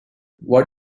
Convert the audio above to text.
what